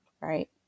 right